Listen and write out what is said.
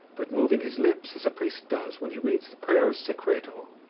but moving his lips as a priest does when he reads the prayers secreto.